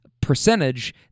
percentage